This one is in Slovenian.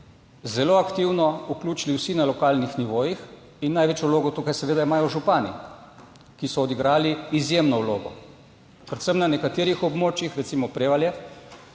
zelo aktivno vključili vsi na lokalnih nivojih in največjo vlogo tukaj seveda imajo župani, ki so odigrali izjemno vlogo predvsem na nekaterih območjih recimo Prevalje,